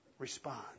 respond